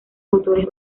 autores